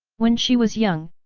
when she was young,